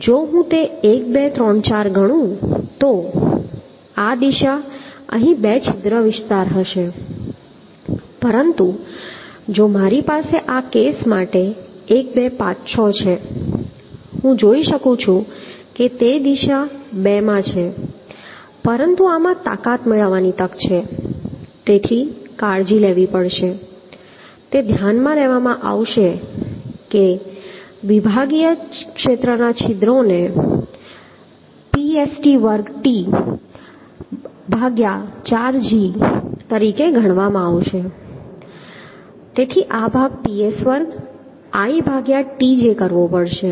જો હું તે 1 2 3 4 ગણું તો દિશા અહીં 2 છિદ્ર વિસ્તાર હશે પરંતુ જો મારી પાસે આ કેસ માટે 1 2 5 6 છે હું જોઈ શકું છું કે તે દિશા 2 છે પરંતુ આમાં તાકાત મેળવવાની તક છે તેથી કાળજી લેવી પડશે તે ધ્યાનમાં લેવામાં આવશે કે વિભાગીય ક્ષેત્રના છિદ્રોને Psi2t4gગણવામાં આવશે તેથી આ ભાગ ps વર્ગ i ભાગ્યા tg કરવો પડશે